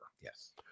yes